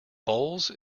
bowls